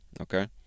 okay